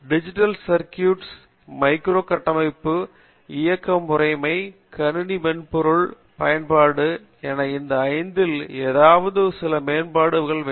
digital circuit micro கட்டமைப்பு இயக்க முறைமை கணினி மென்பொருள் பயன்பாடு என இந்த 5 தில் எதாவது சில மேம்பாடு வேண்டும்